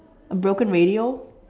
broken radio